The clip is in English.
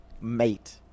Mate